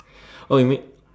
oh you mean